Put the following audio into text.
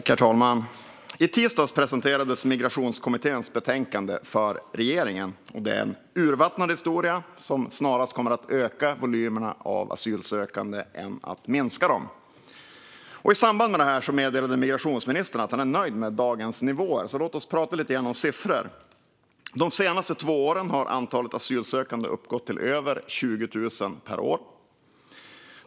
Herr talman! I tisdags presenterade Migrationskommittén sitt betänkande för regeringen. Det är en urvattnad historia som snarare kommer att öka volymerna av asylsökande än minska dem. I samband med detta meddelade migrationsministern att han är nöjd med dagens nivåer, så låt oss prata lite grann om siffror. De senaste två åren har antalet asylsökande uppgått till över 20 000 per år.